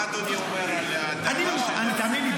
מה אדוני אומר על הטענה --- תאמין לי,